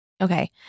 Okay